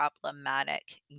problematic